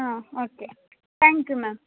ಹಾಂ okay thank you ma'am